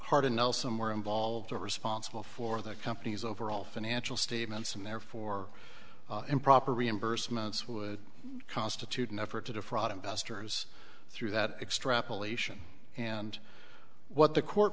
hardin know some were involved are responsible for the company's overall financial statements and therefore improper reimbursements would constitute an effort to defraud investors through that extrapolation and what the court